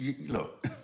look